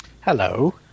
Hello